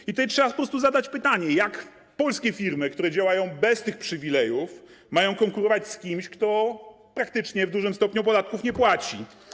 I tutaj trzeba po prostu zadać pytanie, jak polskie firmy, które działają bez tych przywilejów, mają konkurować z kimś, kto praktycznie w dużym stopniu podatków nie płaci.